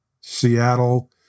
Seattle